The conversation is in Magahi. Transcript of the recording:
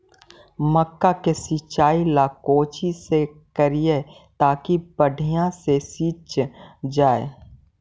मक्का के सिंचाई ला कोची से करिए ताकी बढ़िया से सींच जाय?